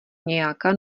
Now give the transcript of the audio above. nějaká